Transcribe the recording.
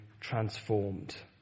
transformed